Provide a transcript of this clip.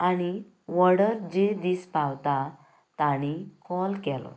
आनी वाॅर्डर जे दीस पावता तांणी काॅल केलो